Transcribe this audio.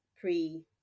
pre